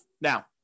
Now